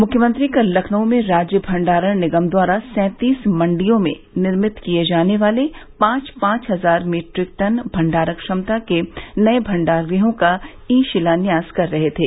मुख्यमंत्री कल लखनऊ में राज्य भंडारण निगम द्वारा सैंतीस मंडियों में निर्मित किये जाने वाले पांच पांच हजार मीट्रिक टन भंडारण क्षमता के नये भंडारग़हों का ई शिलान्यास कर रहे थे